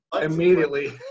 immediately